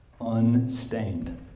unstained